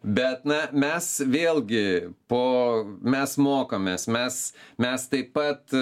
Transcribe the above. bet na mes vėlgi po mes mokomės mes mes taip pat